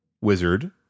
wizard